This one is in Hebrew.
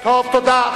טוב, תודה.